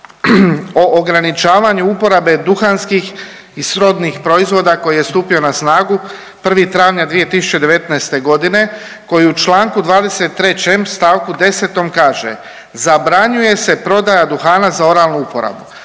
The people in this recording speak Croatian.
o ograničavanju uporabe duhanskih i srodnih proizvoda koji je stupio na snagu 1. travnja 2019. godine koji u članku 23. stavku 10. kaže: „Zabranjuje se prodaja duhana za oralnu uporabu.“